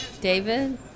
David